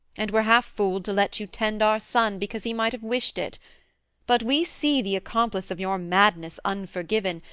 and were half fooled to let you tend our son, because he might have wished it but we see, the accomplice of your madness unforgiven,